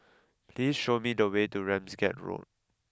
please show me the way to Ramsgate Road